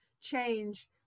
change